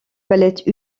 palette